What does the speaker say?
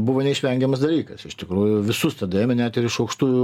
buvo neišvengiamas dalykas iš tikrųjų visus tada ėmė net ir iš aukštųjų